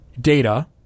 data